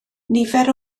nifer